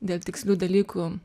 dėl tikslių dalykų